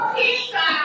pizza